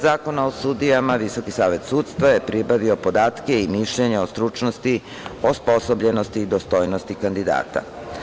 Zakona o sudijama VSS je pribavio podatke i mišljenja o stručnosti, osposobljenosti i dostojnosti kandidata.